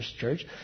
church